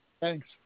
thanks